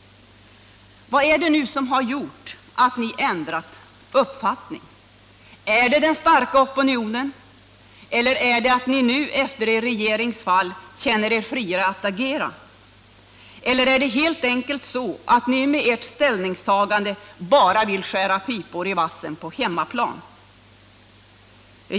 Vad är det som gjort att ni nu har ändrat uppfattning? Är det den starka opinionen eller är det att ni nu efter er regerings fall känner er friare att agera? Eller är det helt enkelt så att ni med ert ställningstagande bara vill skära pipor i vassen på hemmaplan?